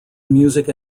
music